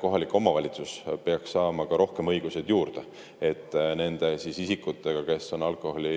kohalik omavalitsus peaks saama rohkem õigusi juurde, et nende isikutega, kes on alkoholi